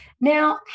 Now